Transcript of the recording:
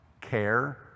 care